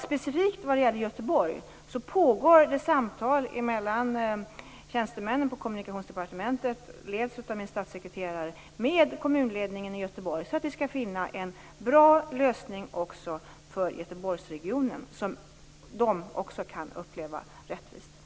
Specifikt vad gäller Göteborg: Det pågår samtal mellan tjänstemän på Kommunikationsdepartementet - ledda av min statssekreterare - och kommunledningen i Göteborg för att finna en bra lösning som kommer att upplevas som rättvis för Göteborgsregionen.